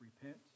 repent